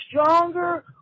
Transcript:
stronger